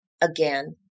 again